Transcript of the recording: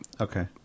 Okay